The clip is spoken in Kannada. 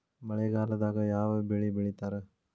ಮಳೆಗಾಲದಾಗ ಯಾವ ಬೆಳಿ ಬೆಳಿತಾರ?